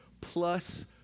plus